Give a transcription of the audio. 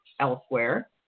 elsewhere